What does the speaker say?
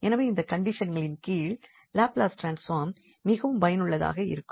எனவே இந்த கண்டிஷன்களின் கீழ் லாப்லஸ் ட்ரான்ஸ்பார்ம் மிகவும் பயனுள்ளதாக இருக்கும்